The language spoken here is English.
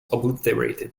obliterated